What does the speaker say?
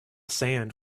sand